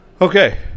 okay